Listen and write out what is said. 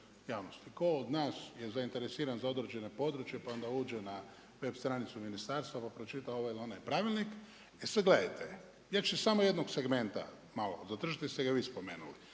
Tko od nas je zainteresiran za određena područja, pa onda uđe na web stranicu ministarstva, pa pročita ovaj ili onaj pravilnik. E sad gledajte, ja ću samo jednog segmenta malo zadržati, jer ste ga vi spomenuli.